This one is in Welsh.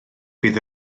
bydd